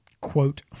quote